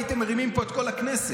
הייתם מרימים פה את כל הכנסת.